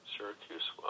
Syracuse